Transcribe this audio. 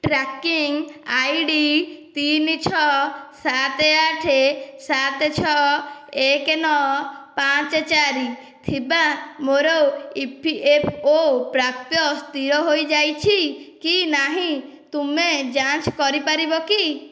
tracking ID ତିନି ଛଅ ସାତ ଆଠ ସାତ ଛଅ ଏକ ନଅ ପାଞ୍ଚ ଚାରି ଥିବା ମୋ'ର ଇପିଏଫ୍ଓ ପ୍ରାପ୍ୟ ସ୍ଥିର ହୋଇଯାଇଛି କି ନାହିଁ ତୁମେ ଯାଞ୍ଚ କରିପାରିବ କି